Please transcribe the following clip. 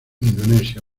indonesia